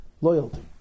loyalty